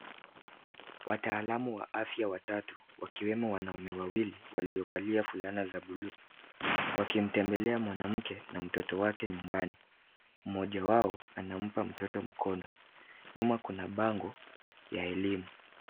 Wataalamu wa afya watatu, wakiwemo wanaume wawili waliovalia fulana za buluu wakimtembelea mwanamke na mtoto wake nyumbani. Moja wao anampa mtoto mkono. Nyuma kuna bango ya elimu.